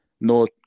No